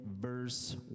verse